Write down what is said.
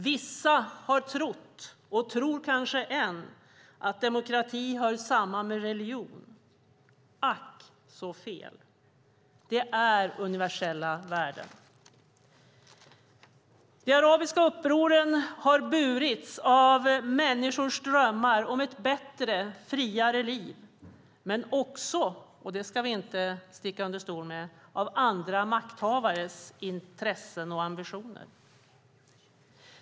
Vissa har trott och tror kanske än att demokrati hör samman med religion. Ack, så fel! Det är universella värden. De arabiska upproren har burits av människors drömmar om ett bättre, friare liv, men också - det ska vi inte sticka under stol med - av andra makthavares intressen och ambitioner.